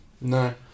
No